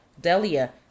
Delia